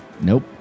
Nope